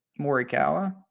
Morikawa